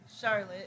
Charlotte